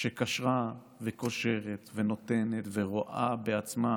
שקשרה וקושרת ונותנת ורואה בעצמה